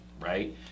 right